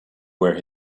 where